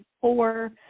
four